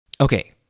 Okay